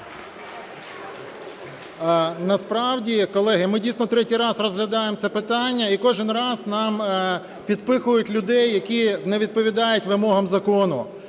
Насправді, колеги, ми, дійсно, третій раз розглядаємо це питання, і кожен раз нам підпихують людей, які не відповідають вимогам закону.